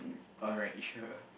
alright sure